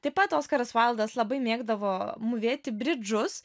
taip pat oskaras vaildas labai mėgdavo mūvėti bridžus